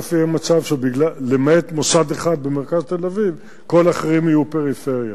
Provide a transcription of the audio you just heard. בסוף יהיה מצב שלמעט מוסד אחד במרכז תל-אביב כל האחרים יהיו פריפריה.